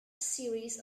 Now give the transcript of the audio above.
series